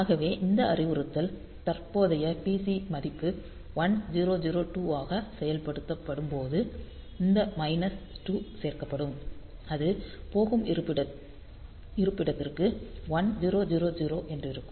ஆகவே இந்த அறிவுறுத்தல் தற்போதைய PC மதிப்பு 1002 ஆக செயல்படுத்தப்படும் போது இந்த மைனஸ் 2 சேர்க்கப்படும் அது போகும் இருப்பிடத்திற்கு 1000 என்றிருக்கும்